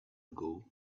ago